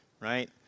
Right